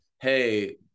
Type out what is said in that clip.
Hey